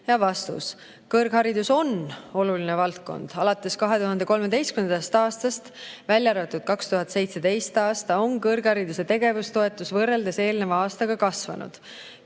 valdkond?" Kõrgharidus on oluline valdkond. Alates 2013. aastast, välja arvatud 2017. aasta, on kõrghariduse tegevustoetus võrreldes eelneva aastaga kasvanud.